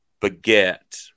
beget